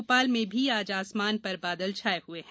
भोपाल में भी आज आसमान पर बादल छाये हुए हैं